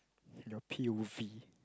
your P-O-V